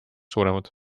suuremad